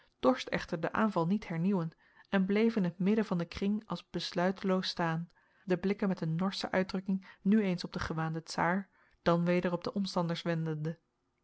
dorst echter den aanval niet hernieuwen en bleef in het midden van den kring als besluiteloos staan de blikken met een norsche uitdrukking nu eens op den gewaanden tsaar dan weder op de omstanders